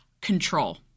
Control